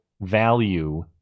value